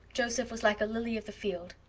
joseph was like a lily of the field.